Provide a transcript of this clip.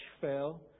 fell